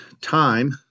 time